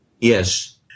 Yes